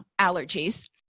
allergies